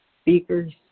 speakers